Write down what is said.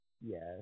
Yes